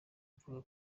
mvuga